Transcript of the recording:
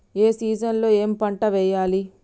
ఏ season లో ఏం పంటలు వెయ్యాలి?